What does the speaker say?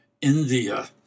India